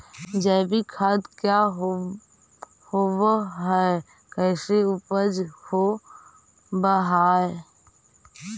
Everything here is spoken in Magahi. जैविक खाद क्या होब हाय कैसे उपज हो ब्हाय?